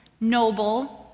noble